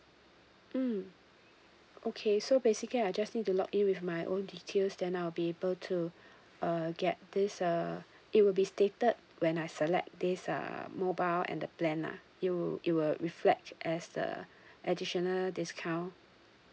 mm okay so basically I just need to login with my own details then I will be able to uh get this uh it will be stated when I select this uh mobile and the plan lah it will it will reflect as the additional discount